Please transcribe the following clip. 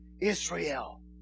Israel